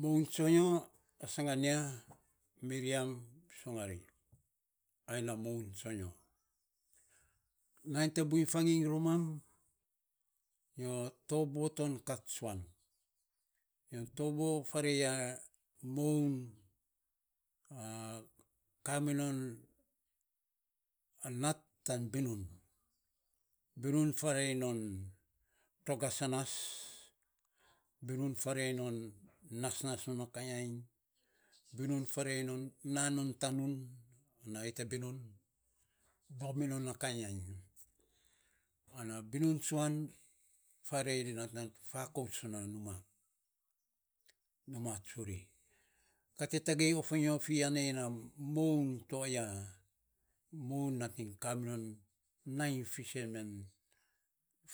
Moun tsonyo asangan ya mirriam songari ai na moun tsonyo. Nainy te buiny fauginy romam, nyo taboo ton kat tsuan. Nyo toboo farei yan moun kaminon nat tan kat binun. Binun farei non togas a nas, binun farei non nasnas non kainy ainy, binun farei non na non tanun ana ai te binun, nom minon a kainy ainy. Ana binun tsuan farei ai te nating nainy fakouts non numa tsuri kat tetagei